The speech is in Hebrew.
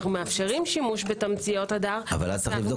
אנחנו מאפשרים זאת- -- אבל אז צריך לבדוק